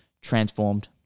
transformed